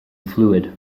fluid